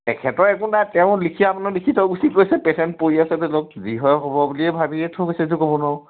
তেখেতৰ একো নাই তেওঁ লিখি আপোনাৰ লিখি থৈ গুচি গৈছে পেচেণ্ট পৰি আছে বেডত যি হয় হ'ব বুলিয়ে ভাবিয়ে থৈ গৈছে যদিও ক'ব নোৱাৰোঁ